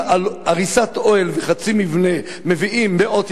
אם על הריסת אוהל וחצי מבנה מביאים מאות